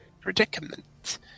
predicament